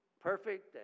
perfect